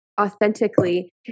authentically